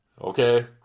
okay